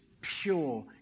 pure